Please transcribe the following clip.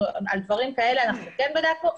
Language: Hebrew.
ודברים כאלה כן בדקנו,